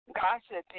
gossiping